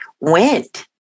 went